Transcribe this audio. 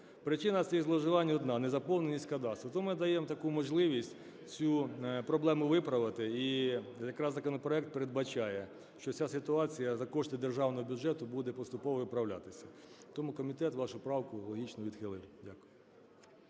Причина цих зловживань одна – незаповненість кадастру. Тому ми даємо таку можливість цю проблему виправити і якраз законопроект передбачає, що ця ситуація за кошти державного бюджету буде поступово виправлятися. Тому комітет вашу правку логічно відхилив. Дякую.